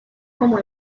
como